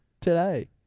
today